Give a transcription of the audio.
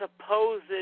supposed